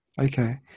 okay